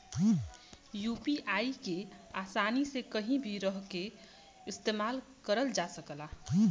UPI के आसानी से कहीं भी रहके इस्तेमाल करल जा सकला